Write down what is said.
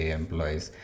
employees